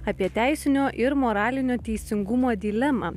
apie teisinio ir moralinio teisingumo dilemą